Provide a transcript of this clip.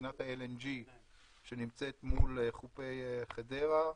ספינת ה-LNG שנמצאת מול חופי חדרה,